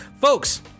folks